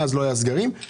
אני